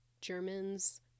Germans